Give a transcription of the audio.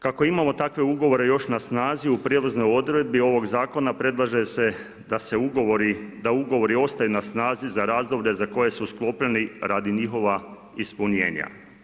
Kako imamo takve ugovore još na snazi u prijelaznoj odredbi ovoga Zakona predlaže se da se ugovori, da ugovori ostaju na snazi za razdoblje za koje su sklopljeni radi njihova ispunjenja.